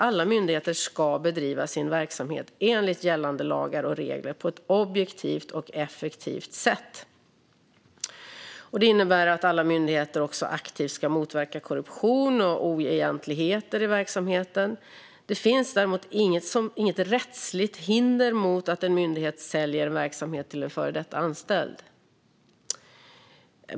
Alla myndigheter ska bedriva sin verksamhet enligt gällande lagar och regler på ett objektivt och effektivt sätt. Det innebär att alla myndigheter också aktivt ska motverka korruption och oegentligheter i verksamheten. Det finns däremot inget rättsligt hinder mot att en myndighet säljer en verksamhet till en före detta anställd.